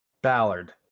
Ballard